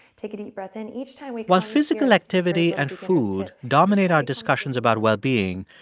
take a deep breath in. each time we. while physical activity and food dominate our discussions about well-being,